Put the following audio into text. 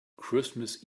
christmas